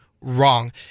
wrong